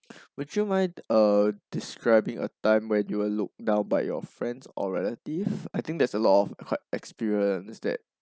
would you mind err describing a time when you were looked down by your friends or relatives I think there's a lot of quite experience that